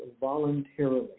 voluntarily